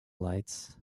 lights